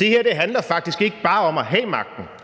Det her handler faktisk ikke bare om at have magten,